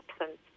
absence